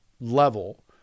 level